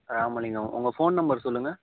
ராமலிங்கம் உங்கள் phone number சொல்லுங்கள்